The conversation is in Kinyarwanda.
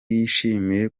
yishimiye